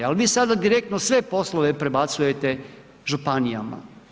Ali vi sada direktno sve poslove prebacujete županijama.